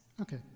okay